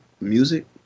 music